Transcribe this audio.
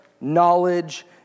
knowledge